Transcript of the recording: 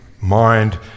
mind